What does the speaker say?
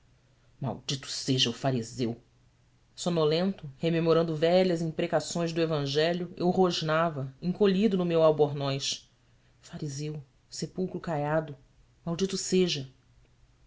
maldito seja o fariseu sonolento rememorando velhas imprecações do evangelho eu rosnava encolhido no meu albornoz fariseu sepulcro caiado maldito seja